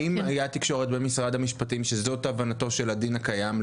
האם הייתה תקשורת במשרד המשפטים שזו הבנתו של הדין הקיים,